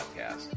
podcast